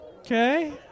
Okay